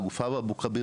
"הגופה באבו כביר,